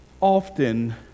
often